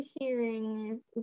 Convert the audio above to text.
hearing